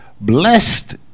Blessed